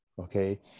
okay